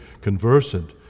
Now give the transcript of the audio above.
conversant